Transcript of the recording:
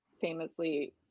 famously